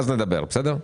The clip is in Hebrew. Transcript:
נדבר עליהן.